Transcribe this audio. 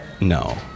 No